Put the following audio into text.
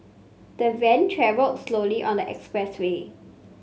the van travelled slowly on the expressway